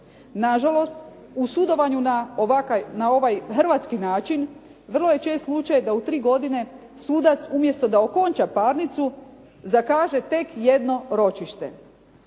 Na žalost u sudovanju na ovaj hrvatski način vrlo je čest slučaj da u 3 godine sudac umjesto da okonča parnicu zakaže tek jedno ročište.